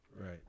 right